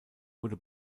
wurde